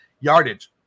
yardage